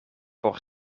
por